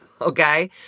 okay